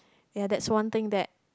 ya that's one thing that